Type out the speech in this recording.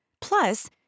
Plus